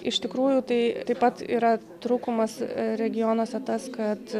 iš tikrųjų tai taip pat yra trūkumas regionuose tas kad